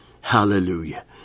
Hallelujah